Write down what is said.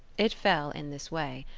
it fell in this way.